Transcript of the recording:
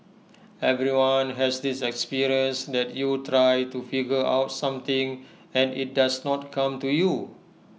everyone has this experience that you try to figure out something and IT does not come to you